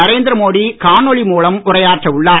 நரேந்திர மோடி நாளை காணொளி மூலம் உரையாற்ற உள்ளார்